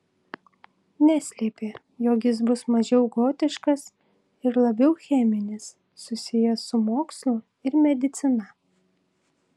neslėpė jog jis bus mažiau gotiškas ir labiau cheminis susijęs su mokslu ir medicina